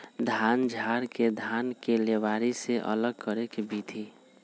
धान झाड़ के धान के लेबारी से अलग करे के विधि